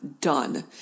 done